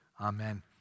Amen